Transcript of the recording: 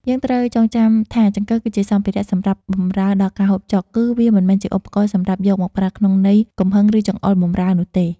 យើងត្រូវចងចាំថាចង្កឹះគឺជាសម្ភារៈសម្រាប់បម្រើដល់ការហូបចុក គឺ វាមិនមែនជាឧបករណ៍សម្រាប់យកមកប្រើក្នុងន័យកំហឹងឬចង្អុលបម្រើនោះទេ។